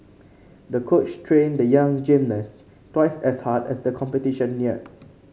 the coach trained the young gymnast twice as hard as the competition neared